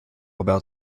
about